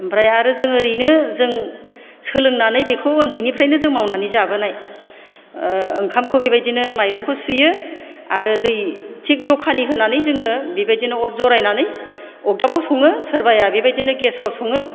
ओमफ्राय आरो जोङो ओरैनो जों सोलोंनानै बेखौ उन्दैनिफ्रायनो जों मावनानै जाबोनाय ओंखामखौ बेबायदिनो माइरंखौ सुयो आरो दै थिक जखानि होनानै जोङो बेबायदिनो अर जरायनानै अरदाबाव सङो सोरबाया बेबायदिनो गेसआव सङो